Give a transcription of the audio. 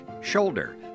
shoulder